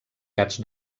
gats